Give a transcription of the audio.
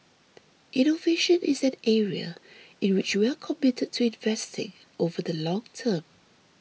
innovation is an area in which we are committed to investing over the long term